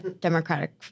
democratic